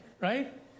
right